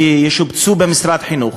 שישובצו במשרת חינוך.